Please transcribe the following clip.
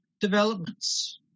developments